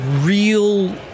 real